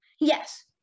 Yes